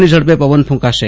ની ઝડપે પવન ફૂંકાશે